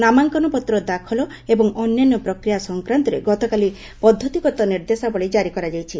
ନାମାଙ୍କନପତ୍ର ଦାଖଲ ଏବଂ ଅନ୍ୟାନ୍ୟ ପ୍ରକ୍ରିୟା ସ ସଂକ୍ରାନ୍ତରେ ଗତକାଲି ପଦ୍ଧତିଗତ ନିର୍ଦ୍ଦେଶାବଳୀ ଜାରି କରାଯାଇଛି